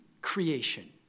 creation